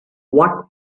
what